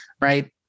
right